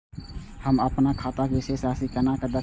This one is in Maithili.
हम अपन खाता के शेष राशि केना देखब?